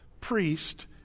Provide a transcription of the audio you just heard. priest